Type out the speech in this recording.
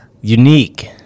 Unique